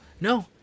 no